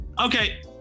Okay